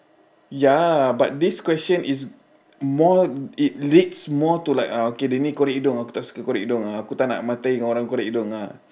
ya but this question is more it leads more to like uh okay dia ni korek hidung aku tak suka korek hidung ah aku tak nak matair dengan orang korek hidung ah